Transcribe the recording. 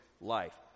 life